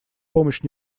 помощь